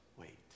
wait